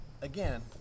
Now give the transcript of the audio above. again